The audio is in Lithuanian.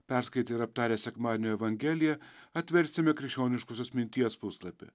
perskaitę ir aptarę sekmadienio evangeliją atversime krikščioniškosios minties puslapį